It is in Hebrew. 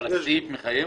אבל הסעיף מחייב